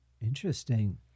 Interesting